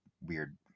weird